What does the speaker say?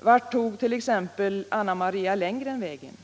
Vart tog t.ex. Anna Maria Lenngren vägen?